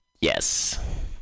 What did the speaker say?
Yes